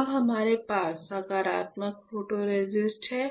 अब हमारे पास सकारात्मक फोटोरेसिस्ट है